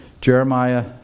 Jeremiah